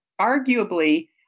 arguably